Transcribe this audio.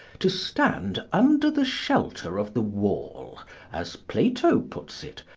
to stand under the shelter of the wall as plato puts it,